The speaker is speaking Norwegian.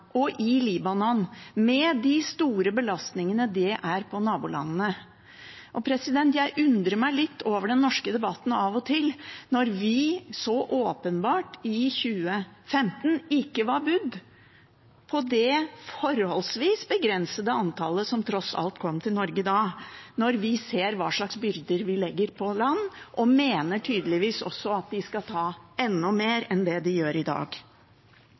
og i Libanon, med de store belastningene det er på nabolandene. Jeg undrer meg av og til litt over den norske debatten når vi så åpenbart i 2015 ikke var budd på det forholdsvis begrensede antallet som kom til Norge da, når vi ser hva slags byrder vi legger på land, og tydeligvis også mener at de skal ta imot enda flere enn det de gjør i dag.